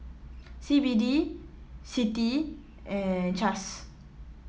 C B D CITI and CAAS